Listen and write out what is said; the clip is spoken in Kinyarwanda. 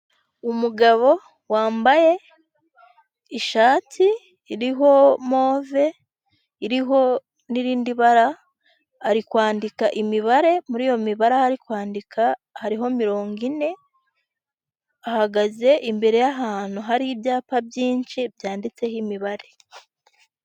Umugabo wambaye ishati iriho move, iriho n'irindi bara, ari kwandika imibare, muri iyo mibare aho ari kwandika hariho mirongo ine, ahagaze imbere y'ahantu hari ibyapa byinshi byanditseho imibare.